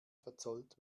verzollt